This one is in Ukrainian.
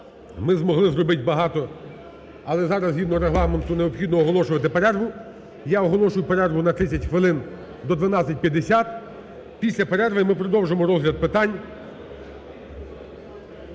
Ми змогли зробить багато, але зараз згідно Регламенту необхідно оголошувати перерву. Я оголошую перерву на 30 хвилин до 12:50. Після перерви ми продовжимо розгляд питань